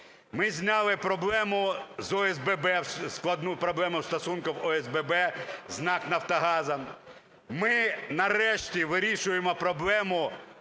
Ми зняли проблему з ОСББ, складну проблему в стосунках ОСББ з НАК "Нафтогазом". Ми нарешті вирішуємо проблему